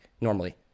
normally